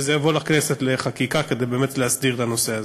וזה יבוא לכנסת לחקיקה כדי להסדיר את הנושא הזה.